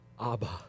Abba